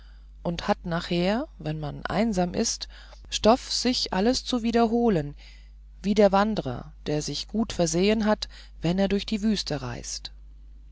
und hat nachher wenn man einsam ist stoff sich alles zu wiederholen wie der wanderer der sich gut versehen hat wenn er durch die wüste reist